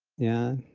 yeah,